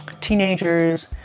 teenagers